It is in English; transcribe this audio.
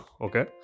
okay